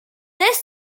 this